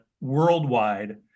worldwide